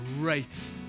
great